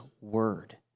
word